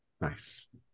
nice